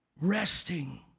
Resting